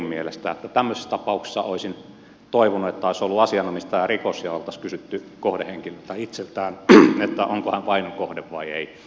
tämmöisissä tapauksissa olisin toivonut että tämä olisi ollut asianomistajarikos ja oltaisiin kysytty kohdehenkilöltä itseltään onko hän vainon kohde vai ei